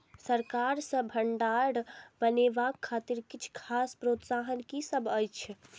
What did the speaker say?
सरकार सँ भण्डार बनेवाक खातिर किछ खास प्रोत्साहन कि सब अइछ?